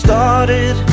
Started